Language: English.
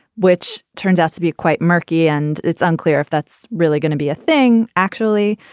which turns out to be a quite murky. and it's unclear if that's really going to be a thing actually,